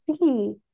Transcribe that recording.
see